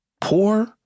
poor